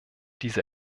diese